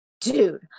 Dude